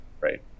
right